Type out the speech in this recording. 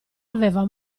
aveva